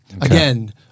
Again